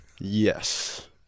Yes